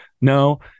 no